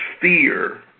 fear